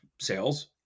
sales